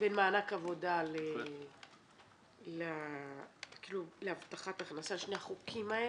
בין מענק עבודה להבטחת הכנסה, שני החוקים האלה,